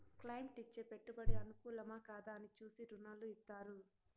client ఇచ్చే పెట్టుబడి అనుకూలమా, కాదా అని చూసి రుణాలు ఇత్తారు